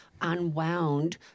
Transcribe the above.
unwound